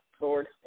Lord